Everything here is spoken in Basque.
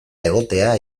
egotea